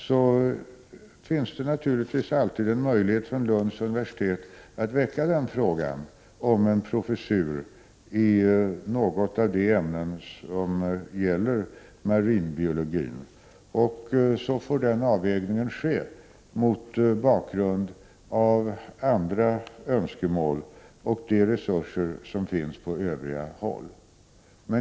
Det finns naturligtvis alltid möjlighet för Lunds universitet att väcka frågan om en professur i något av de ämnen som gäller marinbiologi. Då får avvägning ske mot bakgrund av andra önskemål och de resurser som finns på annat håll.